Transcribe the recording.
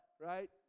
right